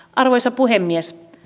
arvoisa puhemies